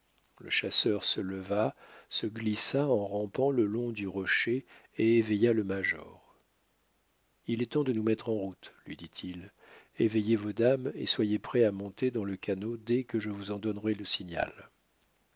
le chasseur se leva se glissa en rampant le long du rocher et éveilla le major il est temps de nous mettre en route lui dit-il éveillez vos dames et soyez prêts à monter dans le canot dès que je vous en donnerai le signal